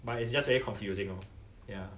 but it's just very confusing lor ya